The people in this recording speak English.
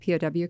POW